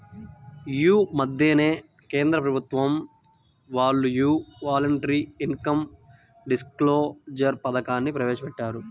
యీ మద్దెనే కేంద్ర ప్రభుత్వం వాళ్ళు యీ వాలంటరీ ఇన్కం డిస్క్లోజర్ పథకాన్ని ప్రవేశపెట్టారు